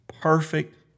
perfect